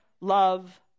love